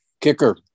kicker